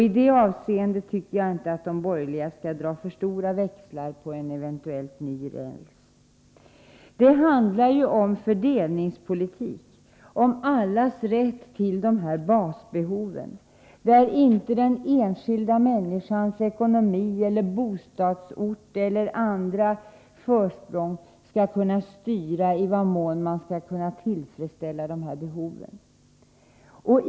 I det avseendet tycker jag inte att de borgerliga skall dra för stora växlar på en eventuellt ny räls. Det handlar ju om fördelningspolitik, om allas rätt till att tillfredsställa de här basbehoven, där inte den enskilda människans ekonomi, bostadsort eller andra försprång skall kunna styra i vad mån man skall kunna tillfredsställa de här behoven.